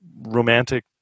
romantic